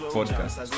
Podcast